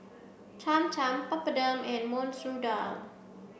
Cham Cham Papadum and Masoor Dal